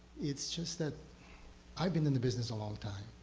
it's just that i've been in the business a long time.